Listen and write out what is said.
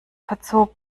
verzog